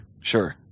sure